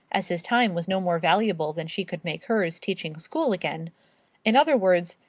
as his time was no more valuable than she could make hers teaching school again in other words,